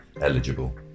eligible